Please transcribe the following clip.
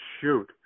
shoot